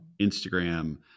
Instagram